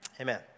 Amen